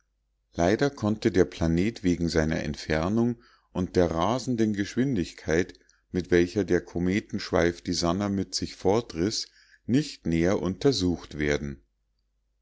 leider konnte der planet wegen seiner entfernung und der rasenden geschwindigkeit mit welcher der kometenschweif die sannah mit sich fortriß nicht näher untersucht werden